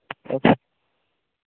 okay